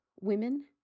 women